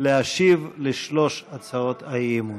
להשיב על שלוש הצעות האי-אמון.